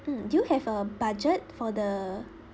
mm do you have a budget for the